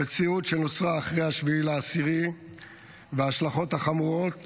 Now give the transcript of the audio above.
המציאות שנוצרה אחרי 7 באוקטובר וההשלכות החמורות